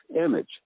image